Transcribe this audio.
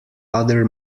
other